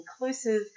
inclusive